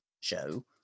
show